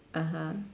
(uh huh)